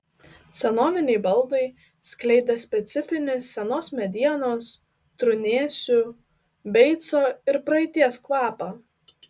senoviniai baldai skleidė specifinį senos medienos trūnėsių beico ir praeities kvapą